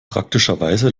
praktischerweise